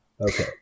Okay